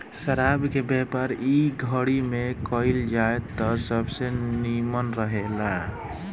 शराब के व्यापार इ घड़ी में कईल जाव त सबसे निमन रहेला